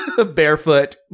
barefoot